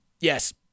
Yes